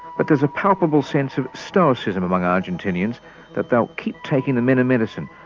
but there's a palpable sense of stoicism among argentineans that they'll keep taking the menem medicine,